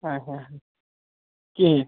ہَے ہَے کِہیٖنۍ